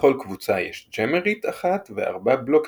לכל קבוצה יש "ג'אמרית" אחת וארבע "בלוקריות".